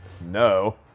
no